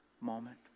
moment